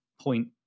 point